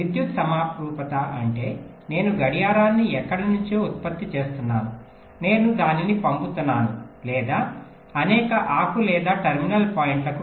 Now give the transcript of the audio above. విద్యుత్ సమరూపత అంటే నేను గడియారాన్ని ఎక్కడి నుంచో ఉత్పత్తి చేస్తున్నాను నేను దానిని పంపుతున్నాను లేదా అనేక ఆకు లేదా టెర్మినల్ పాయింట్లకుleaf or terminal points